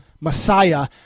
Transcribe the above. Messiah